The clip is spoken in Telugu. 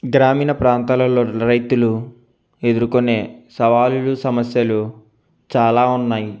గ్రామీణ ప్రాంతాలలో రైతులు ఎదుర్కొనే సవాళ్ళు సమస్యలు చాలా ఉన్నాయి